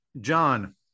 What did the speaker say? john